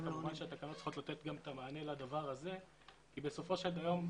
כמובן שהתקנות צריכות לתת גם את המענה לדבר הזה כי בסופו של יום,